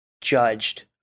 judged